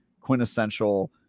quintessential